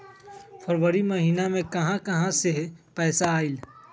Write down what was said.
फरवरी महिना मे कहा कहा से पैसा आएल?